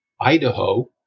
Idaho